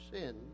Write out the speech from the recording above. sin